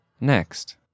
Next